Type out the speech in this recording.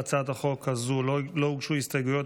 להצעת החוק הזאת לא הוגשו הסתייגויות,